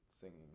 singing